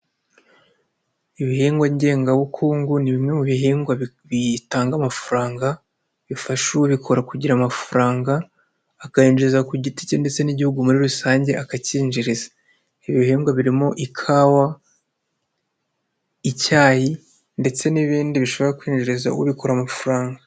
Ibihingwa ngengabukungu ni bimwe mu bihingwa bitanga amafaranga bifasha ubikora kugira amafaranga akayinjiza ku giti ke ndetse n'igihugu muri rusange akakinjiriza, ibihingwa birimo ikawa, icyayi ndetse n'ibindi bishobora kwinjiriza ubikoramo amafaranga.